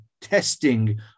testing